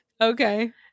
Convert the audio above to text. Okay